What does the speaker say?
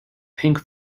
pink